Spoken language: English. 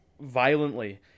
violently